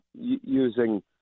using